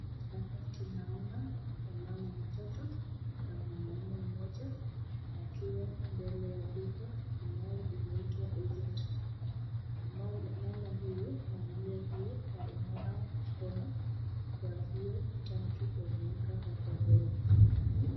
Hapa tunaona wamama watatu na mwanaume mmoja wakiwa mbele ya duka inayoitwa[cs ]Agent ,ambao mama huyu na mzee huyu wananawa mikono kwa hiyo tanki wameeka hapo mbele.